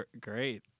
Great